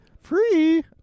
Free